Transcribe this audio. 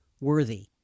worthy